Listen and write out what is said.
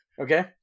Okay